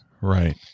Right